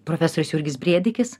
profesorius jurgis brėdikis